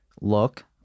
look